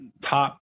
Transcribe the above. top